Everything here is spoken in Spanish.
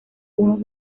unos